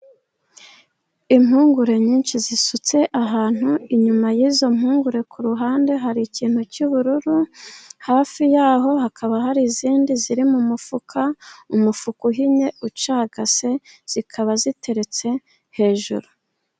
Impungure nyinshi zisutse ahantu. Inyuma y'izo mpungure ku ruhande, hari ikintu cy'ubururu. Hafi yaho hakaba hari izindi ziri mu mufuka. Umufuka uhinnye ucagase, zikaba ziteretse hejuru.